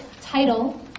title